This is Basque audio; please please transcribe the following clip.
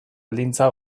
baldintza